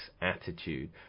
attitude